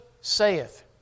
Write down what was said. saith